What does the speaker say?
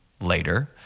later